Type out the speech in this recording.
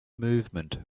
movement